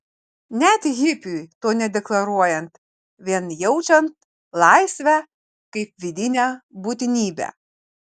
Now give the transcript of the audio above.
net hipiui to nedeklaruojant vien jaučiant laisvę kaip vidinę būtinybę